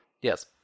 Yes